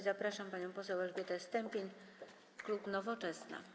Zapraszam panią poseł Elżbietę Stępień, klub Nowoczesna.